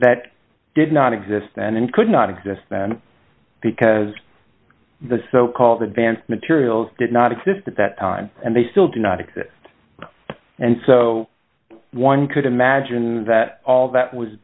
that did not exist and could not exist then because the so called advanced materials did not exist at that time and they still do not exist and so one could imagine that all that was